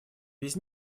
без